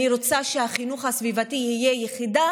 אני רוצה שהחינוך הסביבתי יהיה יחידה